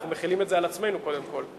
אנחנו מחילים את זה על עצמנו קודם כול,